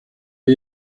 ahí